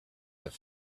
have